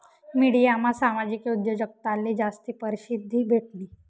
मिडियामा सामाजिक उद्योजकताले जास्ती परशिद्धी भेटनी